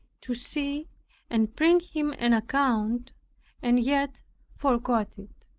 to see and bring him an account and yet forgot it.